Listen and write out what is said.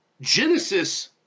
Genesis